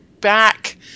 back